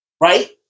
right